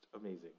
amazing